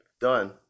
Done